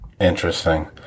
Interesting